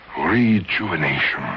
rejuvenation